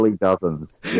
dozens